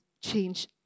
change